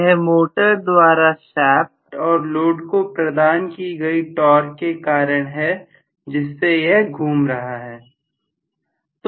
यह मोटर द्वारा शाफ्ट और लोड को प्रदान की गई टॉर्क के कारण है जिससे यह घूम रहा है